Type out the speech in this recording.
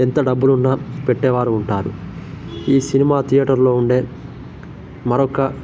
ఎంత డబ్బులున్న పెట్టేవారు ఉంటారు ఈ సినిమా థియేటర్లో ఉండే మరొక